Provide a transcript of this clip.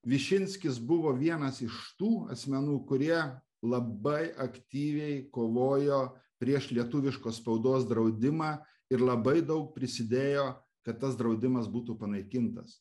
višinskis buvo vienas iš tų asmenų kurie labai aktyviai kovojo prieš lietuviškos spaudos draudimą ir labai daug prisidėjo kad tas draudimas būtų panaikintas